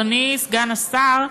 אדוני סגן השר,